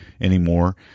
anymore